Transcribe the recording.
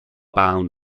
bound